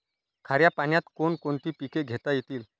खाऱ्या पाण्यात कोण कोणती पिके घेता येतील?